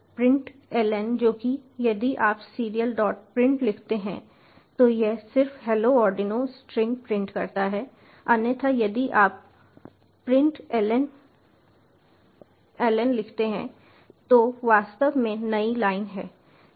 तो यह serialprintln जो कि यदि आप serialprint लिखते हैं तो यह सिर्फ हैलो आर्डिनो स्ट्रिंग प्रिंट करता है अन्यथा यदि आप println ln लिखते हैं तो वास्तव में नई लाइन है